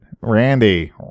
Randy